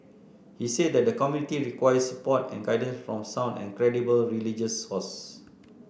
he said that the community requires support and guidance from sound and credible religious sources